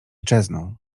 czezną